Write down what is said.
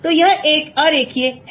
तो यह एक अरेखीय है